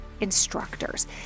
instructors